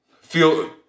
Feel